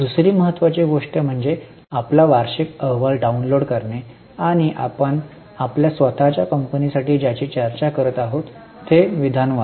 दुसरी महत्वाची गोष्ट म्हणजे आपला वार्षिक अहवाल डाउनलोड करणे आणि आपण आपल्या स्वतःच्या कंपनी साठी ज्याची चर्चा करत आहोत ते विधान वाचा